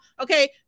okay